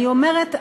אני אומרת,